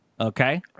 Okay